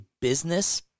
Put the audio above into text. business